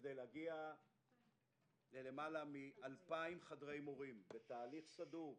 כדי להגיע ללמעלה מ-2,000 חדרי מורים בתהליך סדור,